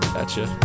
Gotcha